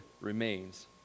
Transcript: remains